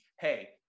hey